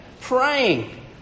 praying